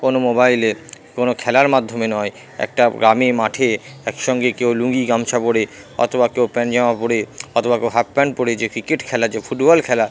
কোনো মোবাইলে কোনো খেলার মাধ্যমে নয় একটা গ্রামে মাঠে একসঙ্গে কেউ লুঙ্গি গামছা পরে অথবা কেউ প্যান্ট জামা পরে অথবা কেউ হাফ প্যান্ট পরে যে ক্রিকেট খেলা যে ফুটবল খেলা